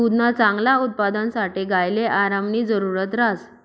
दुधना चांगला उत्पादनसाठे गायले आरामनी जरुरत ह्रास